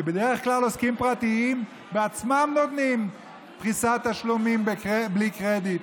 כי בדרך כלל עוסקים פרטיים נותנים בעצמם פריסת תשלומים בלי קרדיט,